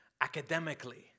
academically